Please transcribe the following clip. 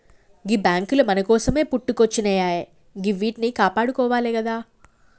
గీ బాంకులు మన కోసమే పుట్టుకొచ్జినయాయె గివ్విట్నీ కాపాడుకోవాలె గదా